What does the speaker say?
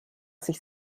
sich